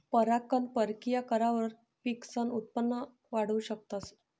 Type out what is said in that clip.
परागकण परकिया करावर पिकसनं उत्पन वाढाऊ शकतस